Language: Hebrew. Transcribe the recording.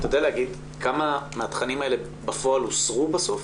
אתה יודע לומר כמה מהתכנים האלה בפועל הוסרו בסוף?